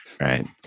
Right